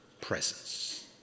presence